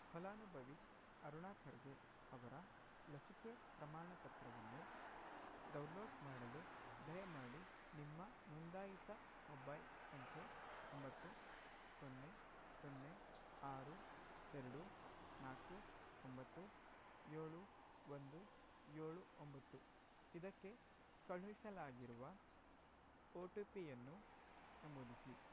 ಫಲಾನುಭವಿ ಅರುಣ ಖರ್ಗೆ ಅವರ ಲಸಿಕೆ ಪ್ರಮಾಣಪತ್ರವನ್ನು ಡೌನ್ಲೋಡ್ ಮಾಡಲು ದಯಮಾಡಿ ನಿಮ್ಮ ನೋಂದಾಯಿತ ಮೊಬೈಲ್ ಸಂಖ್ಯೆ ಒಂಬತ್ತು ಸೊನ್ನೆ ಸೊನ್ನೆ ಆರು ಎರಡು ನಾಲ್ಕು ಒಂಬತ್ತು ಏಳು ಒಂದು ಏಳು ಒಂಬತ್ತು ಇದಕ್ಕೆ ಕಳುಹಿಸಲಾಗಿರುವ ಓ ಟು ಪಿಯನ್ನು ನಮೂದಿಸಿ